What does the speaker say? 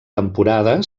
temporada